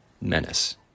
menace